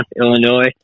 Illinois